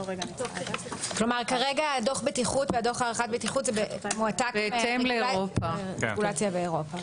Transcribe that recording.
כלומר כרגע דוח הערכת הבטיחות בהתאם לרגולציה באירופה,